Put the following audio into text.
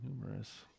Numerous